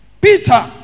Peter